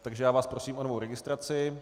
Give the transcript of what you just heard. Takže vás prosím o novou registraci.